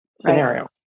scenario